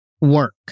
work